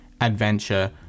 adventure